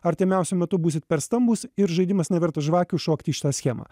artimiausiu metu būsit per stambūs ir žaidimas nevertas žvakių šokt į šitą schemą